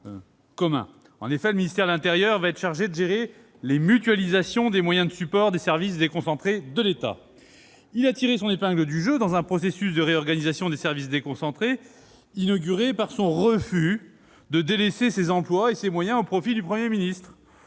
ministre. Le ministère de l'intérieur va être chargé de gérer les mutualisations des fonctions support des services déconcentrés de l'État. Il a tiré son épingle du jeu dans un processus de réorganisation des services déconcentrés inauguré par son refus de délaisser ses emplois et ses moyens au profit du Premier ministre.